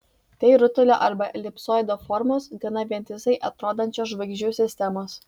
tai rutulio arba elipsoido formos gana vientisai atrodančios žvaigždžių sistemos